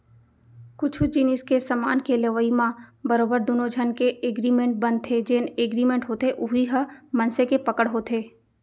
कुछु जिनिस के समान के लेवई म बरोबर दुनो झन के एगरिमेंट बनथे जेन एगरिमेंट होथे उही ह मनसे के पकड़ होथे